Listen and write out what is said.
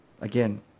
again